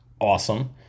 awesome